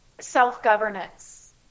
self-governance